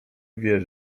wiesz